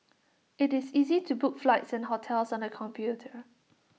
IT is easy to book flights and hotels on the computer